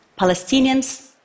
Palestinians